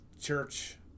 church